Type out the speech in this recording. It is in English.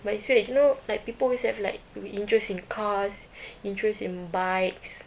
but it's weird you don't know like people always have like will be interest in cars interest in bikes